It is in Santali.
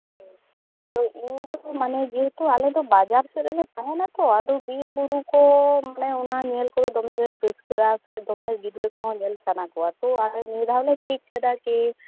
ᱟᱫᱚ ᱤᱧ ᱫᱚ ᱢᱟᱱᱮ ᱡᱮᱦᱮᱛᱩ ᱟᱞᱮᱫᱚ ᱵᱟᱡᱟᱨ ᱥᱮᱫ ᱨᱮᱞᱮ ᱛᱟᱦᱮᱱᱟᱛᱚ ᱟᱫᱚ ᱵᱤᱨᱼᱵᱩᱨᱩ ᱠᱚ ᱚᱱᱟ ᱧᱮᱞ ᱠᱚᱫᱚ ᱫᱚᱢᱮᱞᱮ ᱨᱟᱹᱥᱠᱟᱹᱜᱼᱟ ᱚᱱᱟᱛᱮ ᱫᱚᱢᱮ ᱜᱤᱫᱽᱨᱟᱹ ᱠᱚᱦᱚᱸ ᱧᱮᱞ ᱥᱟᱱᱟ ᱠᱚᱣᱟ ᱛᱚ ᱟᱞᱮ ᱱᱤᱭᱟᱹ ᱫᱷᱟᱣᱞᱮ ᱴᱷᱤᱠ ᱠᱟᱫᱟ ᱡᱮ